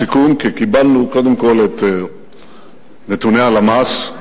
בסיכום, כי קיבלנו קודם כול את נתוני הלמ"ס.